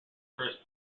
first